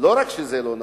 לא רק שזה לא נכון,